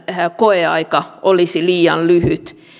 koeaika olisi liian lyhyt